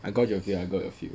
I got your feel I got your feel